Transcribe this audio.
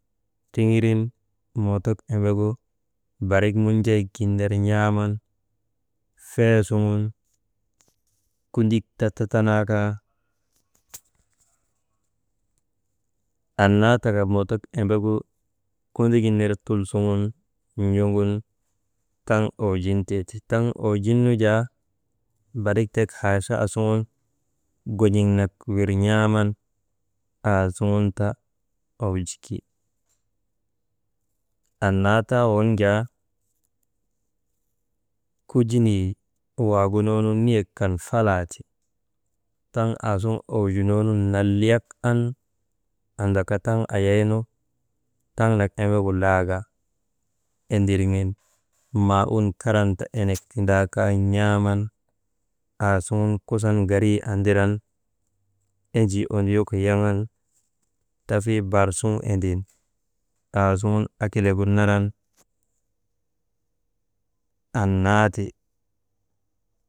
Tiŋirin mootok embegu barik monjayik gin ner n̰aaman feesuŋun kundik ti tatanaa kaa annaa taka mootok embegu kundigin ner tul suŋun n̰oŋun taŋ owointee ti. Taŋ owojin nu jaa, barik tek hachaa suŋun gon̰eŋ nak wir n̰aaman aasuŋunta owojiki. Annaa taa waŋ jaa kujinii waŋ niyek kan falaa ti. Taŋ aasuŋun owojinnoonu nalliyak an andaka ayanu taŋnak embegu laaga endirŋen mawun karan ta enek tindaa kaa n̰aaman aasugun kusan karii andiran, enjii onduyoka yaŋan tafii baar suŋun edin aasuŋun akilagu naran annaati.